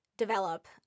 develop